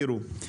תראו,